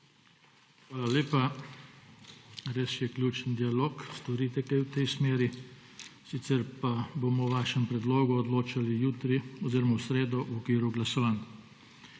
Hvala lepa. Res je ključen dialog. Storite kaj v tej smeri. Sicer pa bomo o vašem predlogu odločali jutri oziroma v sredo v okviru glasovanj.